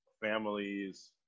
families